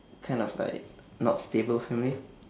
kind of like not stable family